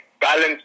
balance